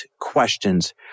questions